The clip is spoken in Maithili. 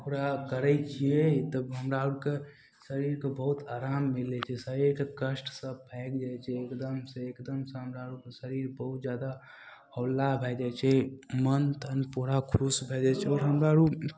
पूरा करै छिए तब हमरा आओरके शरीरकेँ बहुत आराम मिलै छै शरीरके कष्ट सब भागि जाइ छै एकदमसे एकदमसे हमरा आओर शरीर बहुत जादा हौला भै जाइ छै मन तन पूरा खुश भै जाइ छै आओर हमरा आओर